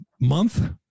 month